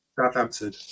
Southampton